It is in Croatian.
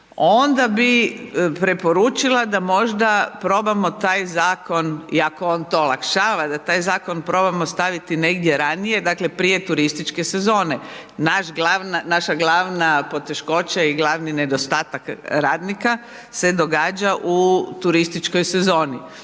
onda bi preporučila da možda probam taj zakon iako on to olakšava, da taj zakon probamo staviti negdje ranije, dakle prije turističke sezone. Naša glavna poteškoća i glavni nedostatak radnika, se događa u turističkoj sezoni.